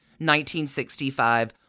1965